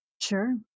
Sure